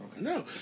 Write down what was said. no